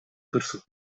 кырсык